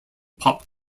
pop